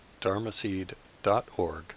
dharmaseed.org